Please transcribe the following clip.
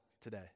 today